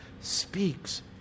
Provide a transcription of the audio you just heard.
speaks